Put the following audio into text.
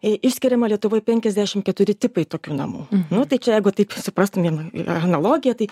išskiriama lietuvoj penkiasdešimt keturi tipai tokių namų nu tai čia jeigu taip suprastumėm analogiją tai